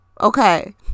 Okay